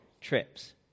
trips